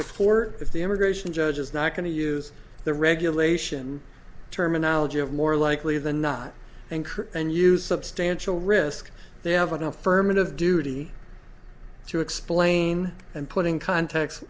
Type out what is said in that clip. the court if the immigration judge is not going to use the regulation terminology of more likely than not incur and use substantial risk they have an affirmative duty to explain and put in context